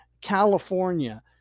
California